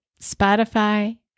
Spotify